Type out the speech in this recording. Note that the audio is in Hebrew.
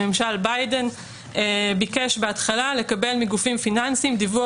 ממשל ביידן ביקש בהתחלה לקבל מגופים פיננסיים דיווח